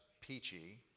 peachy